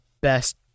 best